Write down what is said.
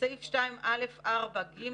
בסעיף 2(א)(4)(ג),